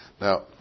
Now